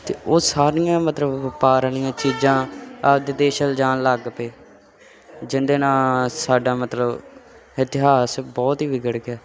ਅਤੇ ਉਹ ਸਾਰੀਆਂ ਮਤਲਬ ਵਪਾਰ ਵਾਲੀਆਂ ਚੀਜ਼ਾਂ ਆਪਦੇ ਦੇਸ਼ ਲਿਜਾਣ ਲੱਗ ਪਏ ਜਿਹਦੇ ਨਾਲ ਸਾਡਾ ਮਤਲਬ ਇਤਿਹਾਸ ਬਹੁਤ ਹੀ ਵਿਗੜ ਗਿਆ